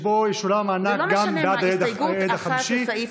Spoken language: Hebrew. שלפיה ישולם מענק גם בעד הילד החמישי.